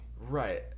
Right